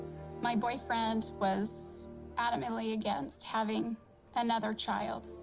my boyfriend was adamantly against having another child,